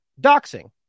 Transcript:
doxing